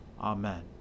Amen